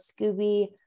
Scooby